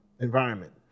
environment